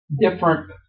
different